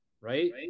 right